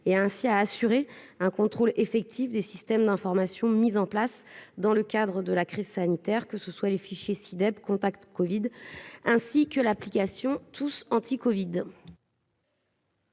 et à assurer ainsi un contrôle effectif des systèmes d'information mis en place dans le cadre de la crise sanitaire, en l'occurrence les fichiers SI-DEP et Contact Covid, ainsi que l'application TousAntiCovid.